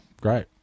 great